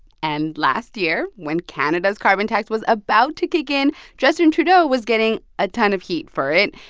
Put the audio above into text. and last year, when canada's carbon tax was about to kick in, justin trudeau was getting a ton of heat for it.